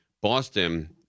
Boston